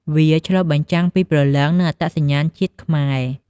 វាឆ្លុះបញ្ចាំងពីព្រលឹងនិងអត្តសញ្ញាណជាតិខ្មែរ។